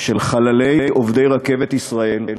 של עובדי "רכבת ישראל"